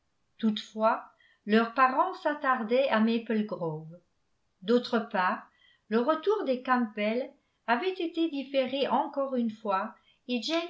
toutefois leurs parents s'attardaient à maple grove d'autre part le retour des campbell avait été différé encore une fois